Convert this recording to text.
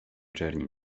czerni